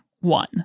one